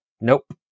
Nope